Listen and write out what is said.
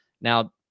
Now